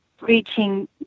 reaching